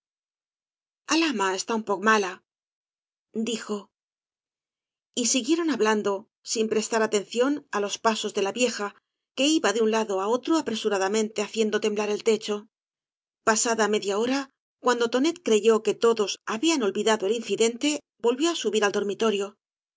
ama está un pdch mala dijo y siguieron hablando sin prestar atención á lob pasos de la vieja que iba de un lado á otro apresuradamente haciendo temblar el techo pasada media hora cuando tonet creyó que todoa habían olvidado el incidente volvió á subir al dormitorio